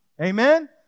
Amen